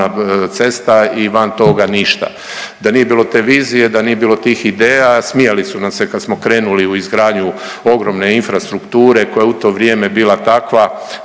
cesta i van toga ništa. Da nije bilo te vizije, da nije bilo tih ideja, smijali su nam se kad smo krenuli u izgradnju ogromne infrastrukture koja je u to vrijeme bila takva